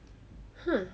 ha